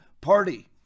party